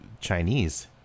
Chinese